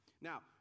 Now